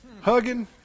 hugging